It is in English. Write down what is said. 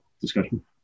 discussion